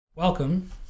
Welcome